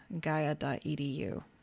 gaia.edu